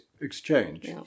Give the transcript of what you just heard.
exchange